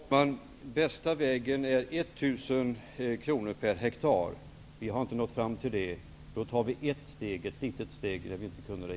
Herr talman! Bästa vägen är 1 000 kr per hektar. Men vi har ännu inte nått fram till det än. Då tar vi ett litet steg i taget.